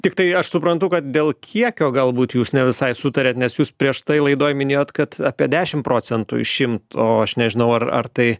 tiktai aš suprantu kad dėl kiekio galbūt jūs ne visai sutarėt nes jūs prieš tai laidoj minėjot kad apie dešim procentų išimt o aš nežinau ar ar tai